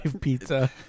pizza